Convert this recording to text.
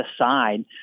aside